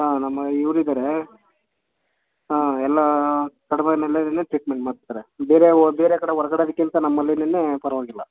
ಹಾಂ ನಮ್ಮ ಇವ್ರಿದ್ದಾರೆ ಎಲ್ಲ ಕಡಿಮೆ ಬೆಲೆಯಲ್ಲೇ ಟ್ರೀಟ್ಮೆಂಟ್ ಮಾಡಿಸ್ತಾರೆ ಬೇರೆ ಓ ಬೇರೆ ಕಡೆ ಹೊರ್ಗಡೆದ್ಕಿಂತ ನಮ್ಮಲ್ಲಿನೇ ಪರವಾಗಿಲ್ಲ